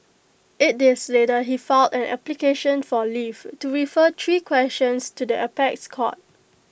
eight days later he filed an application for leave to refer three questions to the apex court